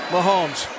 Mahomes